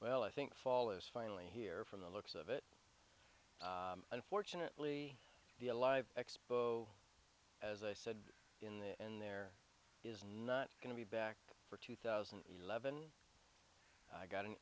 well i think fall is finally here from the looks of it unfortunately the alive expo as i said in the end there is not going to be back for two thousand and eleven i got an